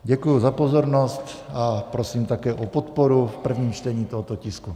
Děkuji za pozornost a prosím také o podporu v prvním čtení tohoto tisku.